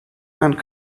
and